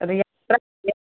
नो voice